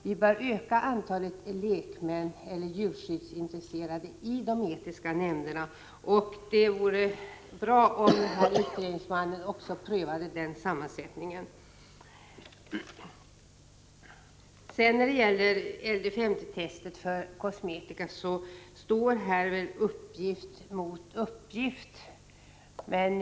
Vi bör öka antalet lekmän eller djurskyddsintresserade i de etiska nämnderna. Det vore bra om utredningsmannen också prövade den sammansättningen. När det gäller LD 50-testet för kosmetika står här uppgift mot uppgift.